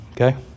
okay